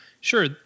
Sure